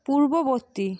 পূর্ববর্তী